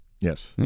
Yes